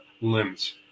limbs